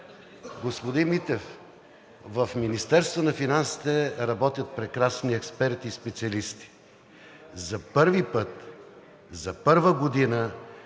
Господин Митев, в Министерството на финансите работят прекрасни експерти и специалисти. За първи път, за първа година